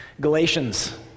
Galatians